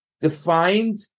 defined